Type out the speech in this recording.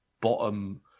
bottom